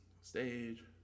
stage